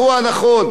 כל פעם,